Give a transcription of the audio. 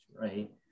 right